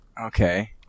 Okay